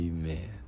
Amen